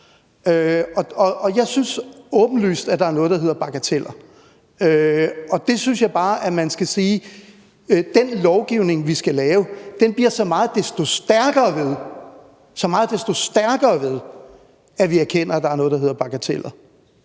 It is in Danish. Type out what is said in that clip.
Jeg synes åbenlyst, at der er noget, der hedder bagateller, og jeg synes bare, man må sige, at den lovgivning, vi skal lave, bliver så meget desto stærkere, ved at vi erkender, at der er noget, der hedder bagateller.